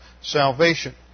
salvation